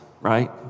right